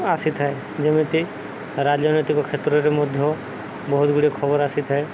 ଆସିଥାଏ ଯେମିତି ରାଜନୈତିକ କ୍ଷେତ୍ରରେ ମଧ୍ୟ ବହୁତ ଗୁଡ଼ିଏ ଖବର ଆସିଥାଏ